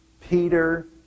Peter